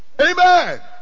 Amen